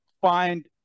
find